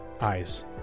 eyes